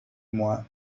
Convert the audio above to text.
moi